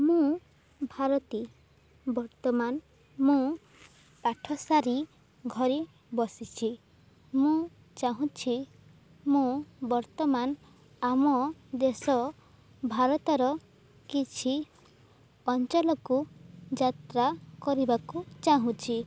ମୁଁ ଭାରତୀ ବର୍ତ୍ତମାନ ମୁଁ ପାଠସାରି ଘରେ ବସିଛି ମୁଁ ଚାହୁଁଛି ମୁଁ ବର୍ତ୍ତମାନ ଆମ ଦେଶ ଭାରତର କିଛି ଅଞ୍ଚଳକୁ ଯାତ୍ରା କରିବାକୁ ଚାହୁଁଛି